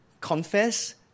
confess